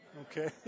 okay